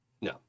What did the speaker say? No